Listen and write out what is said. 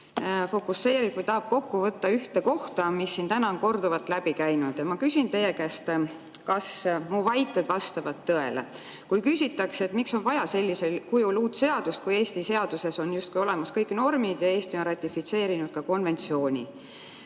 fokuseerib või tahab kokku võtta ühte [teemat], mis siin täna on korduvalt läbi käinud. Ma küsin teie käest, kas mu väited vastavad tõele. Siin küsitakse, miks on vaja sellisel kujul uut seadust, kui Eesti seaduses on justkui olemas kõik [asjaomased] normid ja Eesti on ratifitseerinud konventsiooni.